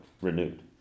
renewed